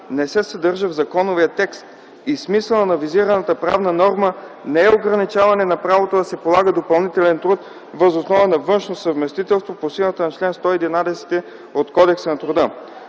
не се съдържа в законовия текст и смисълът на визираната правна норма не е ограничаване на правото да се полага допълнителен труд въз основа на външно съвместителство по силата на чл. 111 от Кодекса на труда.